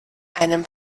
einem